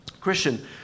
Christian